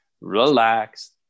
Relax